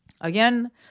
again